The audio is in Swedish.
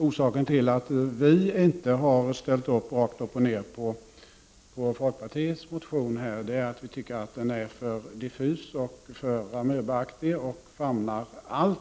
Orsaken till att vi inte utan vidare har ställt upp på folkpartiets motion är att vi tycker att den är för diffus och amöbaaktig och att den famnar allt.